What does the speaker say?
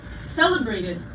celebrated